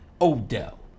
odell